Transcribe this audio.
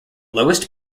lowest